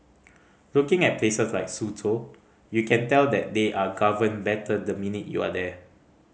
looking at places like Suzhou you can tell that they are governed better the minute you are there